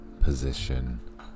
position